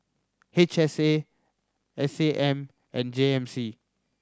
H S A S A M and J M C